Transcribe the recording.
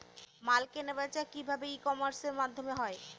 মাল কেনাবেচা কি ভাবে ই কমার্সের মাধ্যমে হয়?